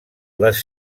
les